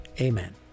Amen